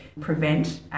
prevent